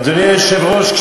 אדוני היושב-ראש,